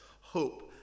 hope